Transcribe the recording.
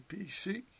PC